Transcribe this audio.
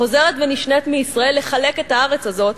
החוזרת ונשנית מישראל לחלק את הארץ הזאת,